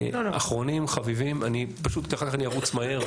אחרונים חביבים, אחר כך אני ארוץ מהר,